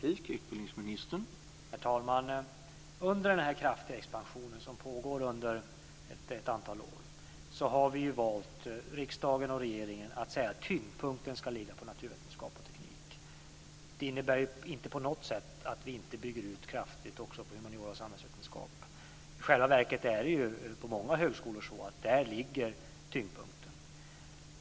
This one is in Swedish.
Herr talman! Under den kraftiga expansion som pågår under ett antal år har vi, riksdagen och regeringen, valt att säga att tyngdpunkten ska ligga på naturvetenskap och teknik. Det innebär inte på något sätt att vi inte bygger ut kraftigt också humaniora och samhällsvetenskap. I själva verket är det på många högskolor så att där ligger tyngdpunkten.